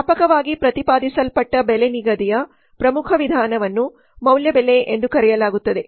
ವ್ಯಾಪಕವಾಗಿ ಪ್ರತಿಪಾದಿಸಲ್ಪಟ್ಟ ಬೆಲೆ ನಿಗದಿಯ ಪ್ರಮುಖ ವಿಧಾನವನ್ನು ಮೌಲ್ಯ ಬೆಲೆ ಎಂದು ಕರೆಯಲಾಗುತ್ತದೆ